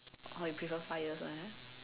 or you prefer five years one ah